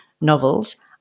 novels